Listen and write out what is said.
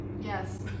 Yes